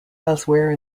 elsewhere